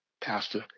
Pastor